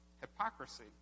hypocrisy